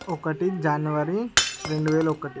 ఒకటి జనవరి రెండు వేల ఒకటి